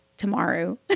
tomorrow